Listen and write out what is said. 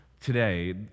today